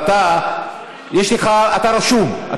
אתה רשום,